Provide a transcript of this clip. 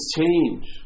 change